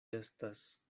estas